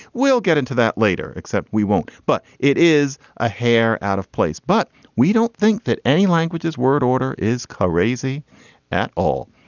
we'll get into that later. except we won't. but it is a hair out of place but we don't think that any language is word order is crazy at all.